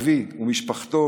אבי ומשפחתו,